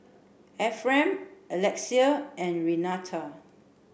Ephram Alexia and Renata